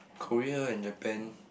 Korea and Japan